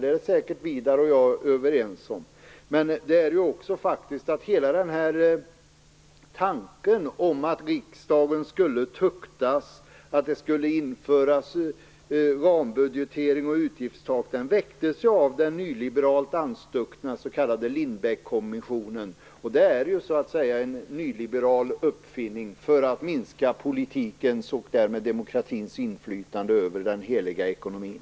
Det är säkert Widar Andersson och jag överens om. Men hela den här tanken om att riksdagen skulle tuktas och att det skulle införas rambudgetering och utgiftstak väcktes ju av den nyliberalt anstuckna s.k. Lindbeckkommissionen. Det här är alltså en nyliberal uppfinning för att minska politikens och därmed demokratins inflytande över den heliga ekonomin.